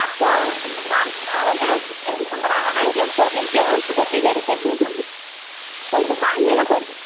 आपको कराना है जब पूरी तैयारी करनी हे कोई दुकान कोई